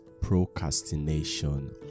procrastination